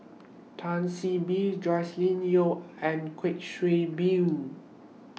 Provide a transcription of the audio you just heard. Tan See Boo Joscelin Yeo and Kuik Swee